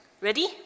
Ready